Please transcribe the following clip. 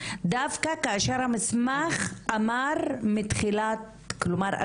דווקא כאשר המסמך אמר מתחילת כלומר,